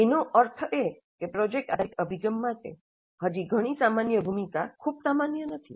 એનો અર્થ એ કે પ્રોજેક્ટ આધારિત અભિગમ માટે હજી ઘણી સામાન્ય ભૂમિકા ખૂબ સામાન્ય નથી